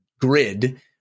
grid